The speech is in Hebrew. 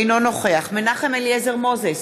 אינו נוכח מנחם אליעזר מוזס,